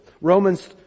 Romans